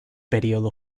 periodo